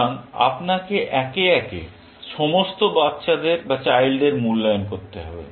সুতরাং আপনাকে একে একে সমস্ত বাচ্চাদের মূল্যায়ন করতে হবে